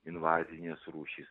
invazinės rūšys